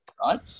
right